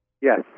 Yes